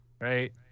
right